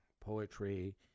poetry